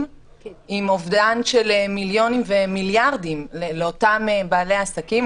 עם אובדן של מיליונים ומיליארדים לאותם בעלי עסקים,